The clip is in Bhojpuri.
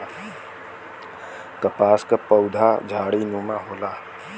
कपास क पउधा झाड़ीनुमा होला